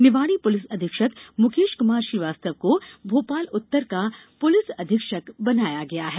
Niwari police अधीक्षक मुकेश क्मार श्रीवास्तव को भोपाल उत्तर का पुलिस अधीक्षक बनाया गया है